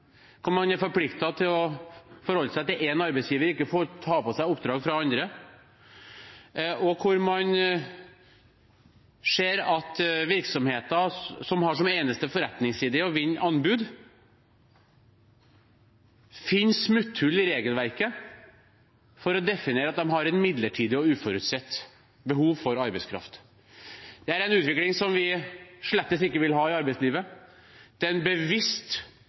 man er forpliktet til å forholde seg til én arbeidsgiver og ikke får ta på seg oppdrag fra andre. Man ser at virksomheter som har som eneste forretningsidé å vinne anbud, finner smutthull i regelverket for å definere at de har et midlertidig og uforutsett behov for arbeidskraft. Det er en utvikling i arbeidslivet som vi slett ikke vil ha. Det er en bevisst